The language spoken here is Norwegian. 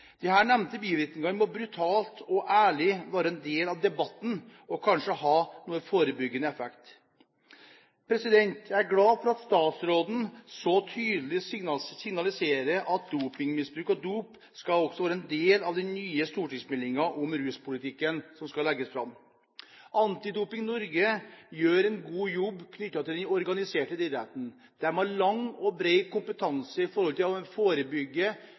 nevnte bivirkningene må brutalt og ærlig være en del av debatten og kan kanskje ha noe forebyggende effekt. Jeg er glad for at statsråden så tydelig signaliserer at dopingmisbruk og dop også skal være en del av den nye stortingsmeldingen om ruspolitikken, som skal legges fram. Antidoping Norge gjør en god jobb knyttet til den organiserte idretten. De har lang og bred kompetanse på å forebygge